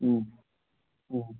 ꯎꯝ ꯎꯝ